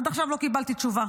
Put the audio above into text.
עד עכשיו לא קיבלתי תשובה.